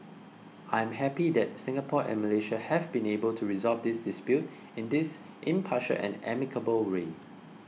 I am happy that Singapore and Malaysia have been able to resolve this dispute in this impartial and amicable way